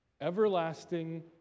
Everlasting